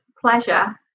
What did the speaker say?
pleasure